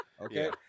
okay